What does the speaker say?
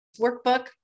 workbook